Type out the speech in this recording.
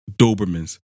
Dobermans